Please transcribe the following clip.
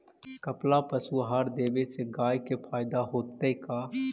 कपिला पशु आहार देवे से गाय के फायदा होतै का?